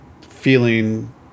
feeling